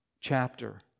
chapter